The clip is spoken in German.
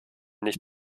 nicht